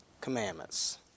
commandments